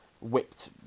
whipped